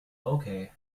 okay